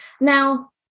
Now